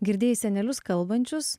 girdėjai senelius kalbančius